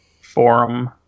forum